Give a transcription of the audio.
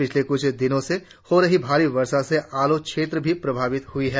पिछले कुछ दिनों से हो रही भारी वर्षा से आलो क्षेत्र भी प्रभावित हुई है